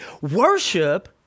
Worship